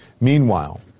Meanwhile